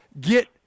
get